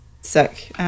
sick